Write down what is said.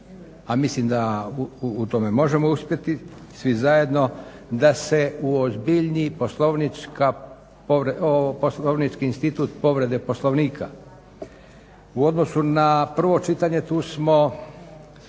a mislim da u tome možemo uspjeti svi zajedno, da se uozbilji poslovnički institut povrede Poslovnika. U odnosu na prvo čitanje tu smo